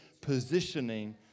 positioning